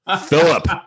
philip